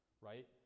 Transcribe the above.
right